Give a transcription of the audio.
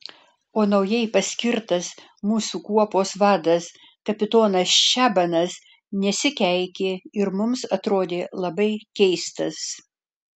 o naujai paskirtas mūsų kuopos vadas kapitonas čabanas nesikeikė ir mums atrodė labai keistas